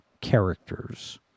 characters